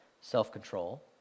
self-control